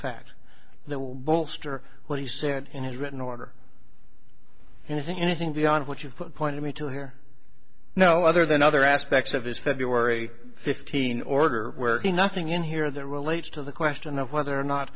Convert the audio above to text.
fact that will bolster what he sent in his written order and i think anything beyond what you put pointed me to here no other than other aspects of his february fifteen order where he nothing in here that relates to the question of whether or not